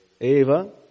Eva